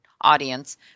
audience